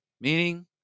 meaning